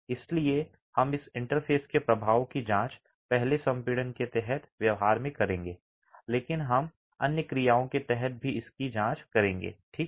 इसलिए हम इस इंटरफ़ेस के प्रभाव की जांच पहले संपीड़न के तहत व्यवहार में करेंगे लेकिन हम अन्य क्रियाओं के तहत भी इसकी जाँच करेंगे ठीक है